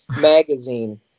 Magazine